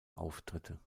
auftritte